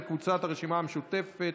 קבוצת סיעת הרשימה המשותפת,